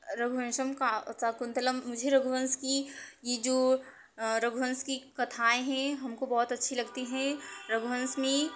रघुवंशम का शाकुंतलम मुझे रघुवंश की ये जो रघुवंश की कथाएँ हैं हमको बहुत अच्छी लगती हैं रघुवंश मे